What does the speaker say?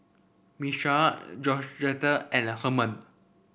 Miesha Georgetta and the Hernan